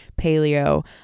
paleo